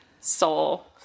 soul